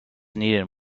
needed